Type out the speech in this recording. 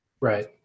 Right